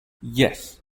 yes